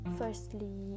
firstly